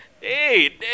Hey